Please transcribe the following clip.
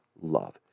love